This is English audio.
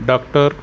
doctor